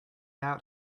out